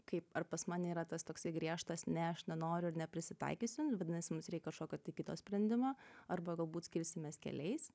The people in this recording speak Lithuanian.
kaip ar pas mane yra tas toks griežtas ne aš nenoriu ir neprisitaikysiu vadinasi mums reik kažkokio tai kito sprendimo arba galbūt skirsimės keliais